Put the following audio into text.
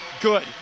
good